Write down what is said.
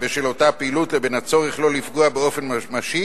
בשל אותה פעילות לבין הצורך לא לפגוע באופן ממשי